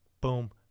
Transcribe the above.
boom